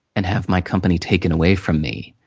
and have my company taken away from me.